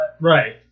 Right